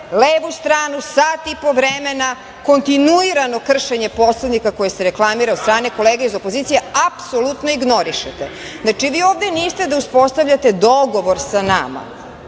levu stranu sat i po vremena kontinuirano kršenje Poslovnika koji se reklamira od strane kolege opozicije apsolutno ignorišete. Znači, vi ovde niste da uspostavljate dogovor sa nama,